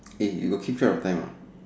eh you got keep track of time or not